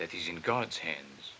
that he's in god's hands